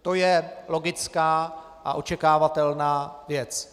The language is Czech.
To je logická a očekávatelná věc.